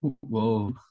Whoa